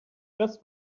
just